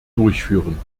durchführen